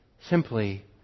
simply